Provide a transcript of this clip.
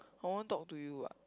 I want talk to you what